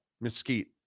Mesquite